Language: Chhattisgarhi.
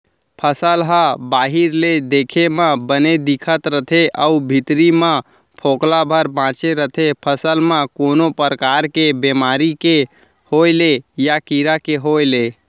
फसल ह बाहिर ले देखे म बने दिखत रथे अउ भीतरी म फोकला भर बांचे रथे फसल म कोनो परकार के बेमारी के होय ले या कीरा के होय ले